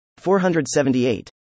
478